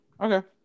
Okay